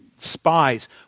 spies